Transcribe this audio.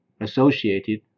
associated